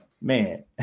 man